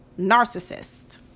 narcissist